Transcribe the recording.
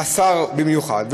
השר במיוחד,